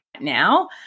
now